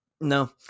No